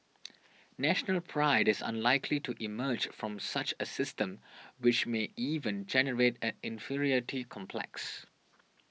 National Pride is unlikely to emerge from such a system which may even generate an inferiority complex